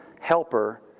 helper